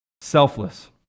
selfless